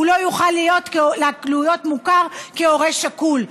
הוא לא יוכל להיות מוכר כהורה שכול.